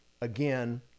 again